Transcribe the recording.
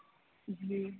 जी